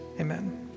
amen